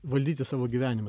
valdyti savo gyvenimą